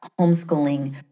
Homeschooling